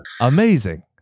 Amazing